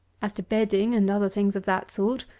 as to bedding, and other things of that sort,